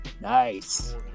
Nice